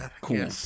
Cool